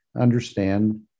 understand